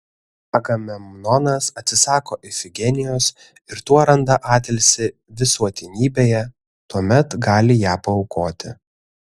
agamemnonas atsisako ifigenijos ir tuo randa atilsį visuotinybėje tuomet gali ją paaukoti